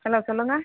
hello சொல்லுங்கள்